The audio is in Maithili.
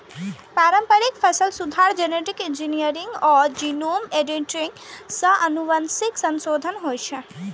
पारंपरिक फसल सुधार, जेनेटिक इंजीनियरिंग आ जीनोम एडिटिंग सं आनुवंशिक संशोधन होइ छै